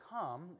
come